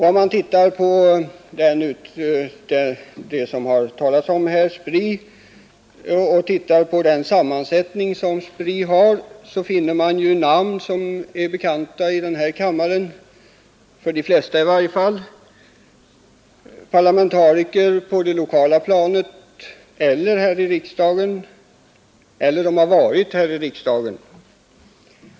Om man tittar på sammansättningen av SPRI, som det har talats om här, finner man namn som är bekanta i varje fall för de flesta här i kammaren. Där finns parlamentariker både på det lokala planet och i riksdagen och sådana som har varit här i riksdagen.